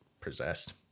possessed